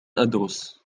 أدرس